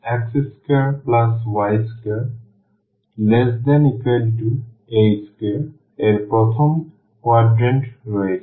সুতরাং এটি circular disc x2y2a2 এর প্রথম quadrant রয়েছে